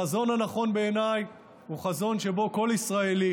החזון הנכון בעיניי הוא חזון שבו כל ישראלי